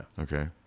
Okay